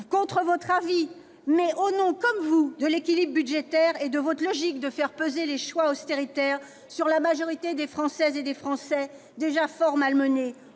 contre votre avis, mais au nom, comme vous le faites, de l'équilibre budgétaire et de votre logique consistant à faire peser les choix austéritaires sur la majorité des Françaises et des Français, déjà fort malmenés.